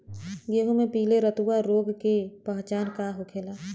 गेहूँ में पिले रतुआ रोग के पहचान का होखेला?